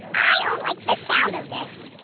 i don't like the sound of this